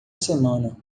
semana